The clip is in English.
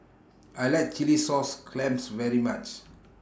I like Chilli Sauce Clams very much